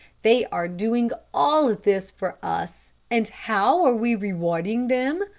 they are doing all this for us, and how are we rewarding them?